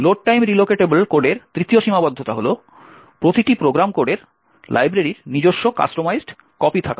load time relocatable কোডের তৃতীয় সীমাবদ্ধতা হল প্রতিটি প্রোগ্রাম কোডের লাইব্রেরির নিজস্ব কাস্টমাইজড কপি থাকা উচিত